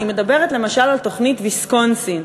ואני מדברת למשל על תוכנית ויסקונסין.